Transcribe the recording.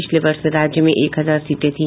पिछले वर्ष राज्य में एक हजार चार सीटें थी